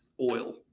oil